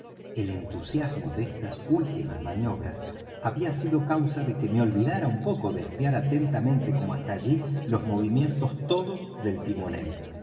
el entusiasmo de éstas últimas maniobras había sido causa de que me olvidara un poco de espiar atentamente como hasta allí los movimientos todos del timonel